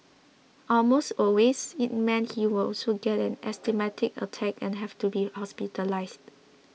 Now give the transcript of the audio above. almost always it meant he would also get an asthmatic attack and have to be hospitalised